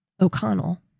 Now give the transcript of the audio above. O'Connell